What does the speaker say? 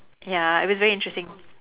ya it was very interesting